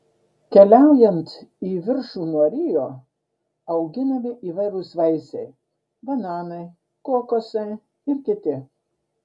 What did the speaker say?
keliaujant į viršų nuo rio auginami įvairūs vaisiai bananai kokosai ir kiti